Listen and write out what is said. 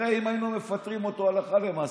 הרי אם היינו מפטרים אותו הלכה למעשה,